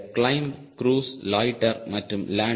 இந்த climb cruise loiter மற்றும் land